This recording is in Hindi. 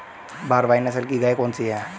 भारवाही नस्ल की गायें कौन सी हैं?